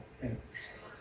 thanks